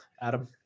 Adam